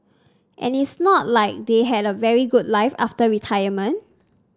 and it's not like they had a very good life after retirement